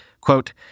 Quote